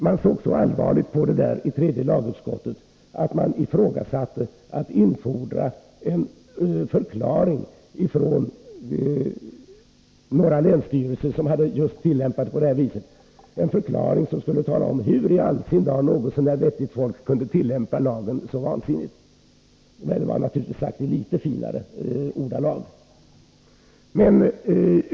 I tredje lagutskottet såg man så allvarligt på detta att man ifrågasatte om man skulle infordra en förklaring från några länsstyrelser som tillämpat lagen på det viset. Man ville ha en förklaring till hur i all sin dar något så när vettigt folk kunde tolka lagen så vansinnigt — detta sades naturligtvis i något finare ordalag.